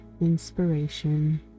inspiration